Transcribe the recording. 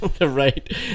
Right